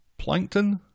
Plankton